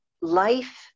life